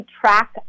track